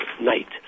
night